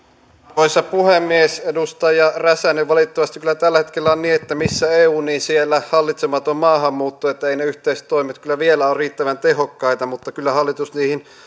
arvoisa puhemies edustaja räsänen valitettavasti kyllä tällä hetkellä on niin että missä eu niin siellä hallitsematon maahanmuutto että eivät ne yhteiset toimet kyllä vielä ole riittävän tehokkaita mutta kyllä hallitus niihin